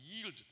yield